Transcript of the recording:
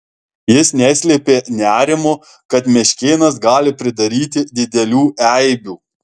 jis neslėpė nerimo kad meškėnas gali pridaryti didelių eibių